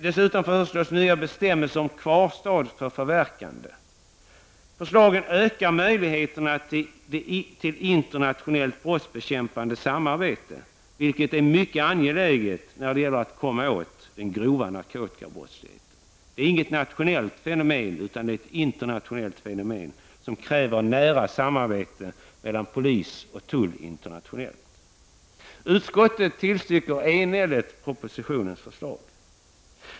Dessutom föreslås nya bestämmelser om kvarstad vid förverkande. Förslaget, om det genomförs, ökar möjligheterna till internationellt brottsbekämpande samarbete, vilket är mycket angeläget för att komma åt den grova narkotikabrottsligheten. Det är inget nationellt fenomen utan ett internationellt som kräver nära samarbete mellan polis och tull i olika länder. Utskottet tillstyrker enhälligt propositionens förslag.